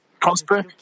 prosper